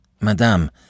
Madame